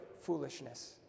foolishness